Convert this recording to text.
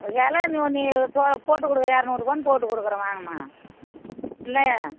வெலை நீ ஒன்று போ போட்டுக்கொடு இரநூறுபா போட்டுக்கொடுக்குறேன் வாங்கம்மா இல்லை